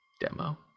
Demo